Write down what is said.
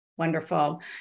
wonderful